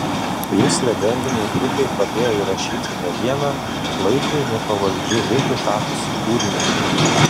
jis legendinei grupei padėjo įrašyti ne vieną laikui nepavaldžiu hitu tapusį kūrinį